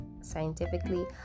scientifically